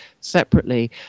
separately